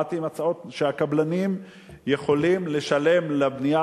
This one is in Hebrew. באתי עם הצעות שהקבלנים יכולים לשלם לבנייה